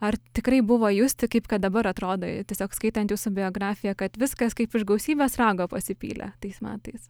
ar tikrai buvo justi kaip kad dabar atrodo tiesiog skaitant jūsų biografiją kad viskas kaip iš gausybės rago pasipylė tais metais